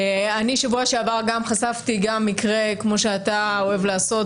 בשבוע שעבר חשפתי מקרה מהשטח - כמו שאתה אוהב לעשות,